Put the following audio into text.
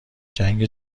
جنگ